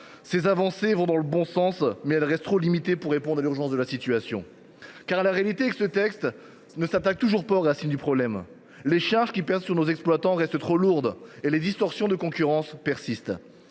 Ces avancées vont dans le bon sens, mais elles restent trop limitées pour répondre à l’urgence de la situation. Car la réalité est que ce texte ne s’attaque toujours pas aux racines du problème. Les charges qui pèsent sur nos exploitants restent trop lourdes et les distorsions de concurrence persistent.